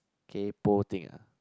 kaypo thing ah